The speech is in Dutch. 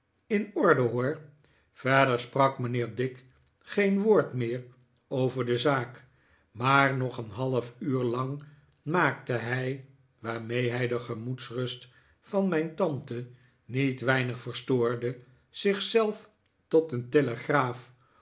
in orde hoor verder sprak mijnheer dick geen woord meer over de zaak maar nog een half uur lang maakte hij waarmee hij de gemoedsrust van mijn tante niet weinig verstoorde zich zelf tot een telegraaf